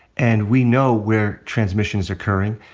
and we know where transmission is occurring.